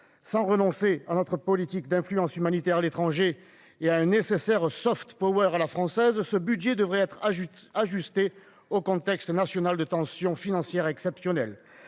Sans renoncer à notre politique d'influence humanitaire à l'étranger et à un nécessaire à la française, nous devrions ajuster ce budget au contexte national de tension financière exceptionnelle.